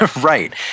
Right